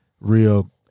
Real